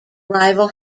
rival